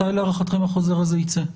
מתי להערכתכם החוזר הזה יצא?